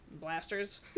blasters